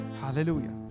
Hallelujah